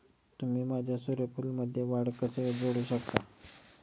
तुम्ही माझ्या सूर्यफूलमध्ये वाढ कसे जोडू शकता?